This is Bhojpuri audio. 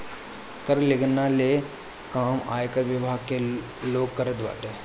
कर गिनला ले काम आयकर विभाग के लोग करत बाटे